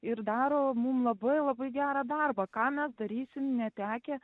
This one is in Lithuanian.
ir daro mum labai labai gerą darbą ką mes darysim netekę